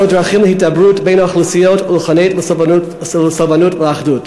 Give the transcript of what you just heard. דרכים להידברות בין האוכלוסיות ולחנך לסבלנות ואחדות.